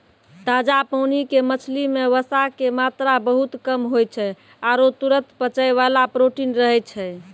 ताजा पानी के मछली मॅ वसा के मात्रा बहुत कम होय छै आरो तुरत पचै वाला प्रोटीन रहै छै